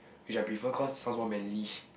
which I prefer cause it sounds more manly